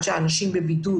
מהתסמינים ועד הבידוד